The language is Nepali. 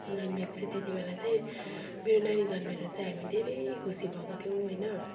जन्मेको थियो त्यतिबेला चाहिँ मेरो नानी जन्मेर चाहिँ हामी धेरै खुशी भएको थियौँ होइन